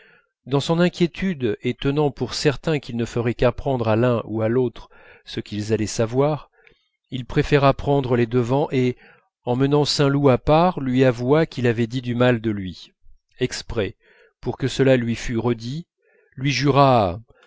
dans son inquiétude et tenant pour certain qu'il ne ferait qu'apprendre à l'un ou à l'autre ce qu'ils allaient savoir il préféra prendre les devants et emmenant saint loup à part lui avoua qu'il avait dit du mal de lui exprès pour que cela lui fût redit lui jura